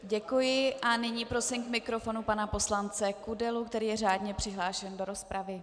Děkuji a nyní prosím k mikrofonu pana poslance Kudelu, který je řádně přihlášen do rozpravy.